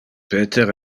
peter